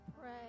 pray